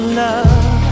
love